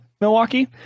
milwaukee